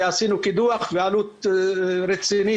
עשינו קידוח בעלות רצינית.